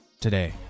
Today